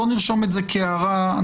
נרשום את זה כהערה.